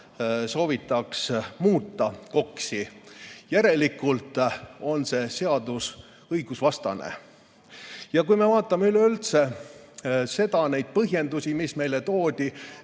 soovitaks muuta KOKS-i. Järelikult on see seadus õigusvastane. Kui me vaatame neid põhjendusi, mis meile toodi,